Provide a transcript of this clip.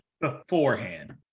beforehand